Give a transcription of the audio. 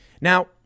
Now